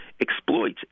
exploits